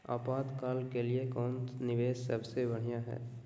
आपातकाल के लिए कौन निवेस सबसे बढ़िया है?